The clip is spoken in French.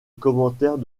commentaire